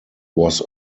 was